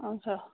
अच्छा